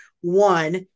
one